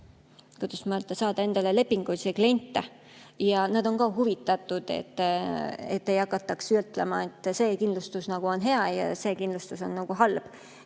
saada endale lepingulisi kliente ja nad on ka huvitatud, et ei hakataks ütlema, et see kindlustus on hea ja teine kindlustus on halb.